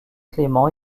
clément